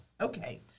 okay